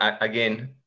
again